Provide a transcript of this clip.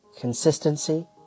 consistency